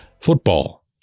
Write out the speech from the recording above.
football